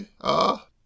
Ah